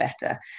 better